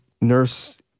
Nurse